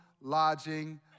lodging